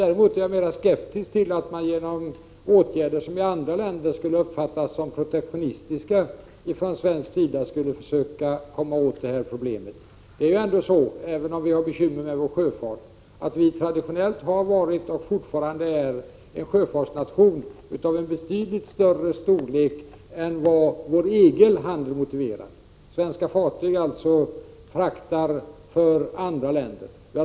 Däremot är jag mer skeptisk till att vi från svensk sida skulle försöka lösa problemet genom åtgärder som i andra länder skulle uppfattas som protektionistiska. Även om vi har bekymmer med vår sjöfart har vi traditionellt varit och är fortfarande en sjöfartsnation av betydligt större storlek än vår egen handel motiverar. Svenska fartyg fraktar alltså för andra länder.